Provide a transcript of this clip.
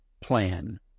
plan